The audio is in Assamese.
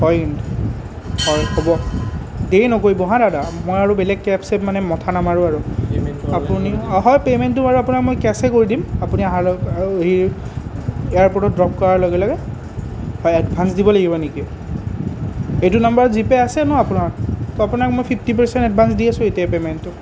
হয় হয় হ'ব দেৰি নকৰিব হাঁ দাদা মই আৰু বেলেগকে কেব চেব মানে মাথা নামাৰোঁ আৰু আপুনিও হয় পেমেণ্টটো বাৰু আপোনাক মই কেচেই কৰি দিম আপুনি অহাৰ লগে এয়াৰপোৰ্টত ড্ৰপ কৰাৰ লগে লগে হয় এডভান্স দিবই লাগিব নেকি এইটো নাম্বাৰত জি পে আছে ন আপোনাৰ ত' আপোনাক মই ফিফ্টি পাৰ্চেণ্ট এডভান্স দি আছোঁ এতিয়া পেমেণ্টটো